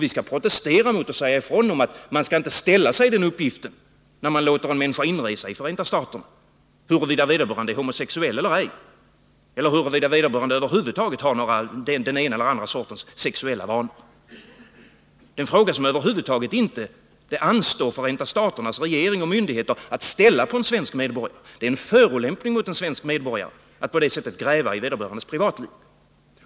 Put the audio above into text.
Vi skall protestera och säga ifrån att man skall inte, när man låter en människa resa in i Förenta staterna, ställa sig inför uppgiften att avgöra huruvida vederbörande är homosexuell eller ej eller huruvida vederbörande över huvud taget har den ena eller andra sortens sexuella vanor. Det är en fråga som det inte anstår Förenta staternas regering och myndigheter att ställa till en svensk medborgare. Det är en förolämpning mot en svensk medborgare att på det sättet gräva i vederbörandes privatliv.